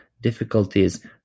difficulties